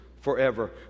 forever